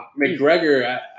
McGregor